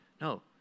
No